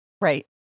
Right